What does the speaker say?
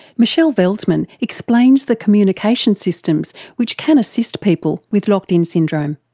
michele veldsman explains the communication systems which can assist people with locked-in syndrome.